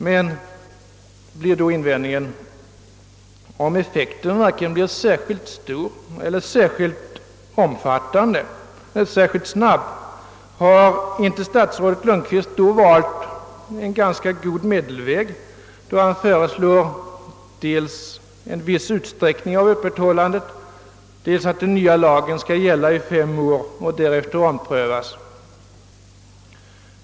Men, kan det då invändas, om effekten varken blir särskilt stor eller särskilt snabb, då har väl statsrådet Lundkvist valt en ganska god medelväg när han föreslår dels en viss utsträckning av öppethållandet och dels att den nya lagen skall gälla i fem år och därefter omprövas.